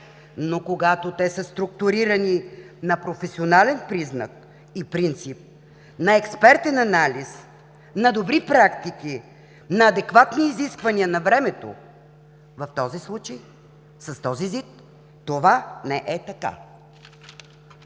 но когато те са структурирани на професионален признак и принцип, на експертен анализ, на добри практики, на адекватни изисквания на времето, в този случай, с този ЗИД, това не е така.